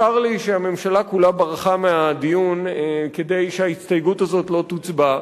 צר לי שהממשלה כולה ברחה מהדיון כדי שההסתייגות הזאת לא תוצבע,